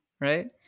right